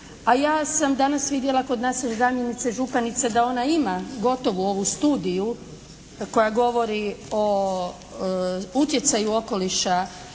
A ja sam danas vidjela kod naše zamjenice županice da ona ima gotovu ovu studiju koja govori o utjecaju okoliša